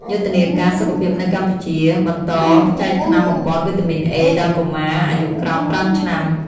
យុទ្ធនាការសុខភាពនៅកម្ពុជា បន្តចែកថ្នាំបំប៉នវីតាមីន A ដល់កុមារអាយុក្រោម ៥ឆ្នាំ។